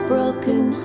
broken